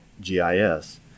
GIS